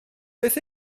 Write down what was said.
beth